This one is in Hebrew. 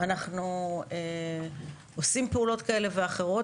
אנחנו עושים פעולות כאלה ואחרות,